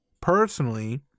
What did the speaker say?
personally